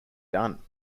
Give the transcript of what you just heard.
done